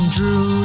Drew